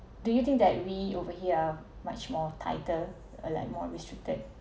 do you think that we over here are much more tighter uh like more restricted